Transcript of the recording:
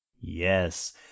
Yes